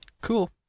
Cool